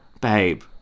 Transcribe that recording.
Babe